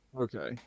Okay